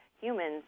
humans